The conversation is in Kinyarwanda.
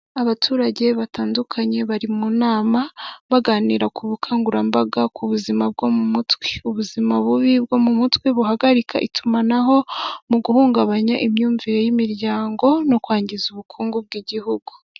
Abaturage batandukanye bari mu nama baganira ku bukangurambaga ku buzima bwo mu mutwe, ubuzima bubi bwo mu mutwe buhagarika itumanaho mu guhungabanya imyumvire y'imiryango no kwangiza ubukungu bw'igihugu.